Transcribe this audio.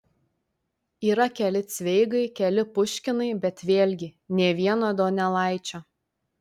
yra keli cveigai keli puškinai bet vėlgi nė vieno donelaičio